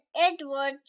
Edward